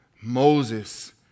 Moses